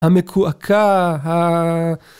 המקועקע